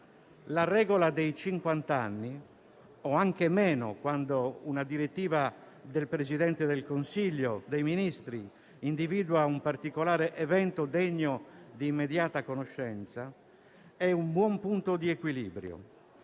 La regola dei cinquant'anni - o anche meno, quando una direttiva del Presidente del Consiglio dei ministri individua un particolare evento degno di immediata conoscenza - è un buon punto di equilibrio.